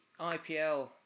IPL